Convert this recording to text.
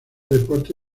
deporte